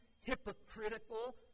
hypocritical